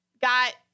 got